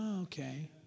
Okay